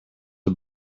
are